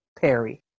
perry